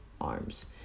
arms